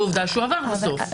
ועובדה שהוא עבר בסוף.